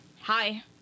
hi